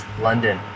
London